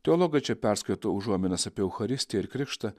teologai čia perskaito užuominas apie eucharistiją ir krikštą